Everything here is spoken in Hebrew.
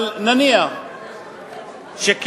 אבל נניח שכן,